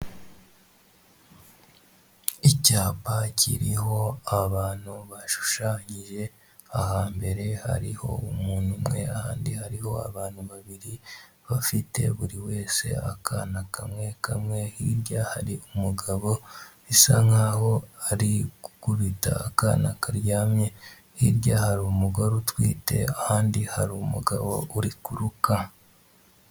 Icyapa kiriho abantu bashushanyije aha mbere hariho umuntu umwe ahandi hariho abantu babiri bafite buri wese akana kamwe kamwe hirya hari umugabo bisa nkaho ari gukubita akana karyamye hirya hari umugore utwite ahandi hari umugabo uri kuruka.